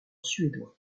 suédois